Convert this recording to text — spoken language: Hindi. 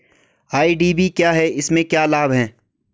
आई.डी.वी क्या है इसमें क्या लाभ है?